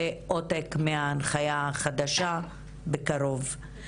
ועותק מההנחיה החדשה בקרוב.